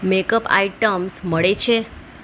make up items મળે છે